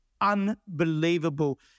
unbelievable